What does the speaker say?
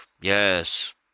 Yes